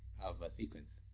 of a sequence.